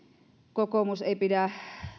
kokoomus ei pidä